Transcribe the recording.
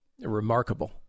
Remarkable